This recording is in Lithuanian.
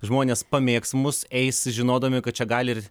žmonės pamėgs mus eis žinodami kad čia gali